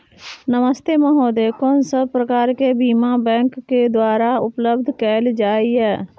नमस्ते महोदय, कोन सब प्रकार के बीमा बैंक के द्वारा उपलब्ध कैल जाए छै?